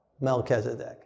Melchizedek